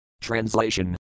Translation